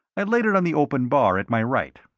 i laid it on the open bar at my right.